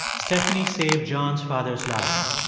stephanie saved john's father's life